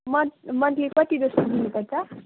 मन् मन्थली कति जस्तो दिनुपर्छ